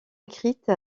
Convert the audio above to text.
écrite